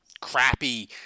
crappy